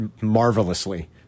marvelously